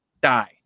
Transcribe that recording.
die